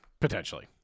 potentially